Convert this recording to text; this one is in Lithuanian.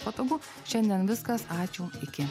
patogu šiandien viskas ačiū iki